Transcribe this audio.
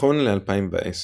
נכון ל-2010,